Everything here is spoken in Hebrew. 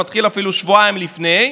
זה מתחיל אפילו שבועיים לפני,